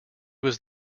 was